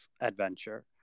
adventure